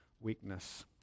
weakness